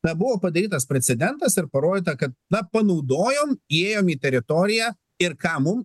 bet buvo padarytas precedentas ir parodyta kad na panaudojom įėjom į teritoriją ir ką mum